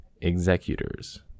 executors